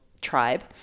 Tribe